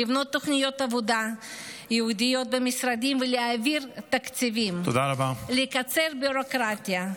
לבנות תוכניות עבודה ייעודיות במשרדים ולהעביר תקציבים לקצר ביורוקרטיה.